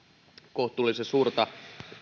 kohtuullisen suurta